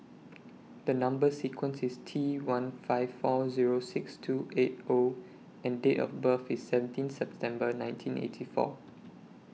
The Number sequence IS T one five four Zero six two eight O and Date of birth IS seventeen September nineteen eighty four